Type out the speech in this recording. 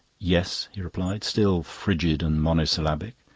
yes, he replied, still frigid and mono-syllabic.